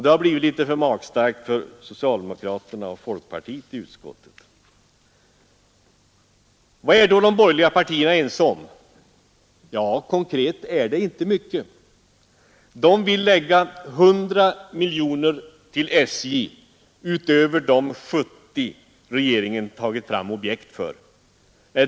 Det har blivit för magstarkt för socialdemokraterna och folkpartiet i utskottet. Vad är då de borgerliga partierna ense om? Ja, konkret är det inte mycket. De vill lägga på 100 miljoner till SJ utöver de 70 miljoner som regeringen tagit fram objekt för.